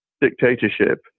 dictatorship